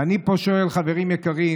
ואני פה שואל: חברים יקרים,